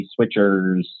switchers